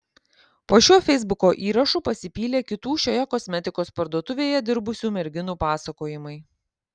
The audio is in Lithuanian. po šiuo feisbuko įrašu pasipylė kitų šioje kosmetikos parduotuvėje dirbusių merginų pasakojimai